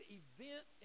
event